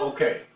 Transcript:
Okay